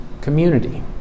community